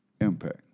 Impact